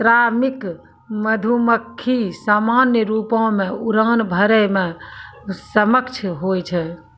श्रमिक मधुमक्खी सामान्य रूपो सें उड़ान भरै म सक्षम होय छै